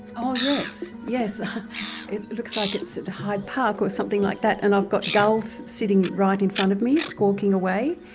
oh yes, it looks like it's at hyde park or something like that and i've got gulls sitting right in front of me, squawking away.